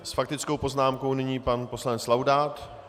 S faktickou poznámkou nyní pan poslanec Laudát.